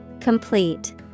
Complete